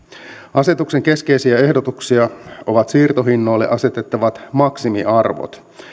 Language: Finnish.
asetuksen keskeisiä ehdotuksia ovat siirtohinnoille asetettavat maksimiarvot